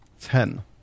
Ten